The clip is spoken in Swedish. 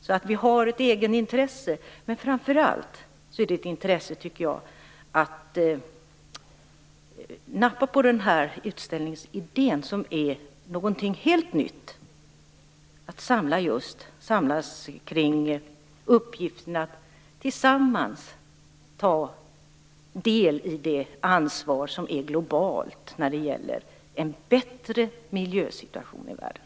Vi har alltså ett egenintresse, men det är framför allt ett intresse att nappa på den här utställningsidén, som är någonting helt nytt, dvs. att samlas kring uppgiften att tillsammans ta del i det ansvar som är globalt när det gäller en bättre miljösituation i världen.